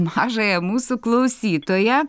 mažąją mūsų klausytoją